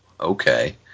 Okay